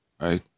right